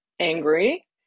angry